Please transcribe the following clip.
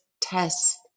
test